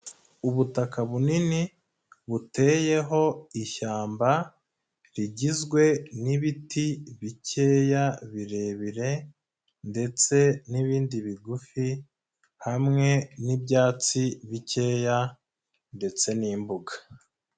Ubutaka bunini, buteyeho ishyamba rigizwe n'ibiti bikeya, birebire ndetse n'ibindi bigufi, hamwe n'ibyatsi bikeya ndetse n'imbuga.